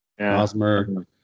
Osmer